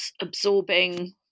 absorbing